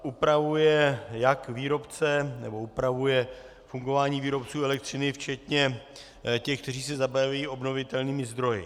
Upravuje jak výrobce, nebo upravuje fungování výrobců elektřiny včetně těch, kteří se zabývají obnovitelnými zdroji.